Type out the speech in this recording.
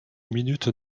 minutes